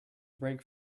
brake